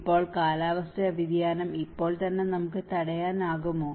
ഇപ്പോൾ കാലാവസ്ഥാ വ്യതിയാനം ഇപ്പോൾ തന്നെ നമുക്ക് തടയാനാകുമോ